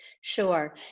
Sure